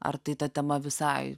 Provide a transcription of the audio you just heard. ar tai ta tema visai